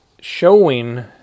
showing